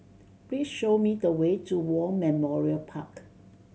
please show me the way to War Memorial Park